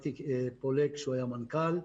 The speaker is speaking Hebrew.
מתי פולג, שהיה המנכ"ל אז,